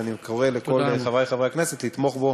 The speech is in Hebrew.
ואני קורא לכל חברי חברי הכנסת לתמוך בו